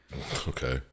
Okay